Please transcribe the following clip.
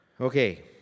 Okay